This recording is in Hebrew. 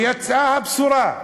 ויצאה הבשורה: